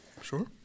Sure